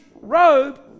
robe